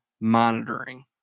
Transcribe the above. monitoring